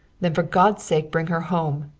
then for god's sake bring her home!